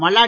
Malladi